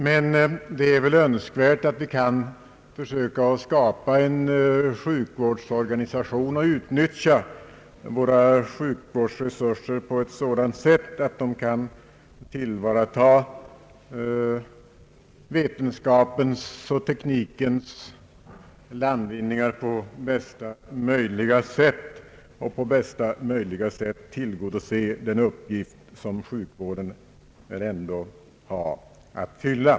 Men det är önskvärt att vi försöker skapa en sådan sjukvårdsorganisation och utnyttjar våra sjukvårdsresurser på sådant sätt att de kan tillvarata vetenskapens och teknikens landvinningar och på bästa möjliga sätt fylla den uppgift som sjukvården väl ändå har.